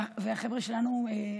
והחבר'ה שלנו?